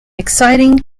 exciting